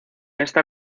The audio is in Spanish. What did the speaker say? esta